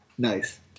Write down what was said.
Nice